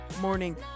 morning